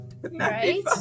Right